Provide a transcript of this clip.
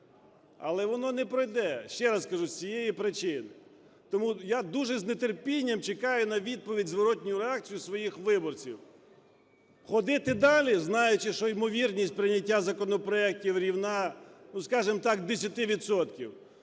Але воно не пройде, ще раз кажу, з цієї причини. Тому я дуже з нетерпінням чекаю на відповідь і зворотню реакцію свої виборців: ходити далі, знаючи, що ймовірність прийняття законопроектів рівна, скажімо так, 10